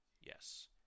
Yes